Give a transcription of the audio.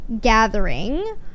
gathering